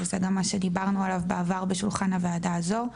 זה גם מה שדיברנו עליו בעבר בשולחן הועדה הזו,